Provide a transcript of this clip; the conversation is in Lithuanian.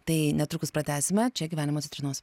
tai netrukus pratęsime čia gyvenimo citrinos